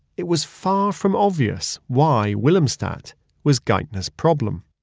it was far from obvious why willemstad was geithner's problem.